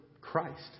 Christ